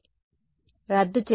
విద్యార్థి రద్దు చేయబడింది